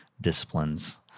disciplines